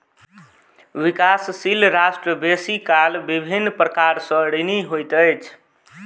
विकासशील राष्ट्र बेसी काल विभिन्न प्रकार सँ ऋणी होइत अछि